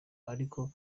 ariko